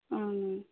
అవును